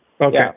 Okay